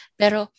pero